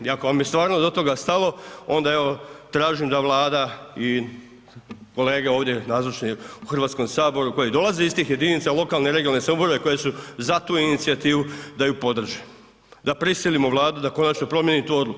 I ako vam je stvarno do toga stalo, onda evo tražim da Vlada i kolege ovdje nazočni u Hrvatskom saboru koji dolaze iz tih jedinica lokalne i regionalne samouprave koje su za tu inicijativu da ih podrže da prisilimo Vladu da konačno promijeni tu odluku.